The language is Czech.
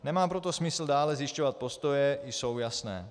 Nemá proto smysl dále zjišťovat, postoje jsou jasné.